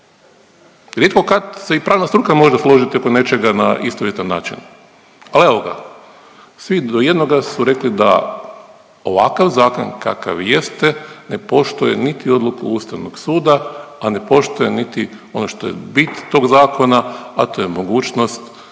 Rijetko kad se i pravna struka može složiti oko nečega na istovjetan način, ali evo ga svi do jednoga su rekli da ovakav zakon kakav jeste ne poštuje niti odluku Ustavnog suda, a ne poštuje niti ono što je bit tog zakona, a to je mogućnost